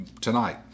tonight